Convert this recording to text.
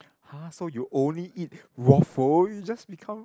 [huh] so you only eat waffle you just become